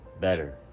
better